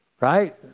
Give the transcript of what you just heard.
right